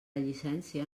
llicència